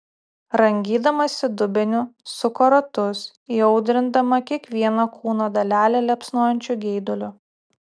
rangydamasi dubeniu suko ratus įaudrindama kiekvieną kūno dalelę liepsnojančiu geiduliu